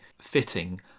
fitting